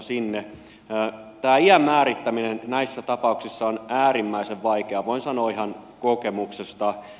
tämä iän määrittäminen näissä tapauksissa on äärimmäisen vaikeaa voin sanoa ihan kokemuksesta